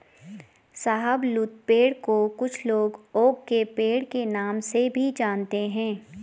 शाहबलूत पेड़ को कुछ लोग ओक के पेड़ के नाम से भी जानते है